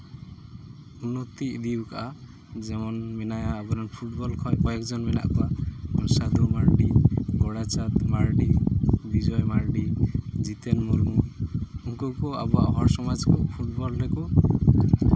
ᱩᱱᱱᱚᱛᱤ ᱤᱫᱤ ᱠᱟᱜᱼᱟ ᱡᱮᱢᱚᱱ ᱢᱮᱱᱟᱭᱟ ᱟᱵᱚᱨᱮᱱ ᱯᱷᱩᱴᱵᱚᱞ ᱠᱷᱚᱡ ᱠᱚᱭᱮᱠ ᱡᱚᱱ ᱢᱮᱱᱟᱜ ᱠᱚᱣᱟ ᱥᱟᱹᱫᱷᱩ ᱢᱟᱨᱰᱤ ᱜᱳᱨᱟᱪᱟᱸᱫᱽ ᱢᱟᱨᱰᱤ ᱵᱤᱡᱚᱭ ᱢᱟᱨᱰᱤ ᱡᱤᱛᱮᱱ ᱢᱩᱨᱢᱩ ᱩᱱᱠᱩ ᱠᱚ ᱟᱵᱚᱣᱟᱜ ᱦᱚᱲ ᱥᱚᱢᱟᱡᱽ ᱠᱚ ᱯᱷᱩᱴᱵᱚᱞ ᱨᱮᱠᱚ